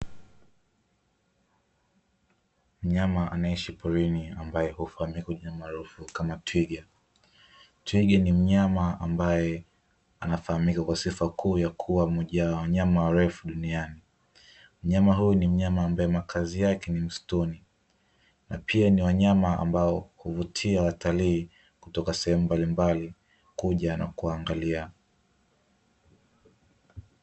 Mnyama anaeishi porini ambaye hufahamika kwa jina maarufu kama twiga, twiga ni mnyama ambaye anafahamika kwa sifa kuu ya kuwa moja ya wanyama warefu duniani, mnyama huyu ni mnyama ambaye makazi yake ni msituni na pia ni wanyama ambao huvutia watalii kutoka sehemu mbalimbali kuja na kuangalia.